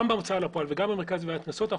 גם בהוצאה לפועל וגם במרכז לגביית קנסות,